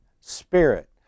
spirit